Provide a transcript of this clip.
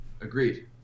Agreed